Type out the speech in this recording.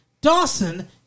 Dawson